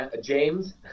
James